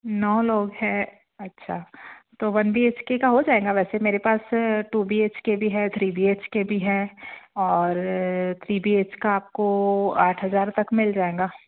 नौ लोग हैं अच्छा तो वन बी एच के का हो जाएगा वैसे मेरे पास टू बी एच के भी है थ्री बी एच का भी है और थ्री बी एच के का आपको आठ हज़ार तक मिल जाएगा